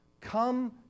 come